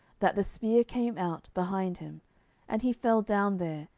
that the spear came out behind him and he fell down there,